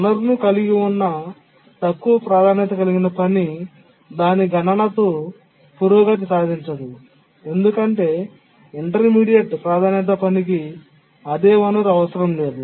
వనరును కలిగి ఉన్న తక్కువ ప్రాధాన్యత కలిగిన పని దాని గణనతో పురోగతి సాధించదు ఎందుకంటే ఇంటర్మీడియట్ ప్రాధాన్యత పనికి అదే వనరు అవసరం లేదు